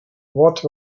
what